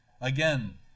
Again